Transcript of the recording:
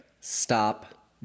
stop